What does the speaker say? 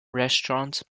restaurant